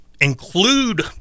include